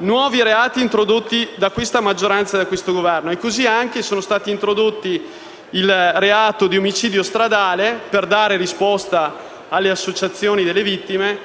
nuovi reati introdotti da questa maggioranza e da questo Governo; e così anche è stato introdotto il reato di omicidio stradale, per dare risposta alle associazioni delle vittime.